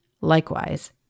likewise